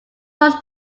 boss